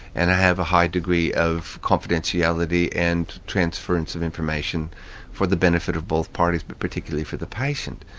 and have a high degree of confidentiality and transference of information for the benefit of both parties, but particularly for the patient.